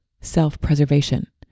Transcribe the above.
self-preservation